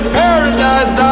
paradise